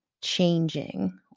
changing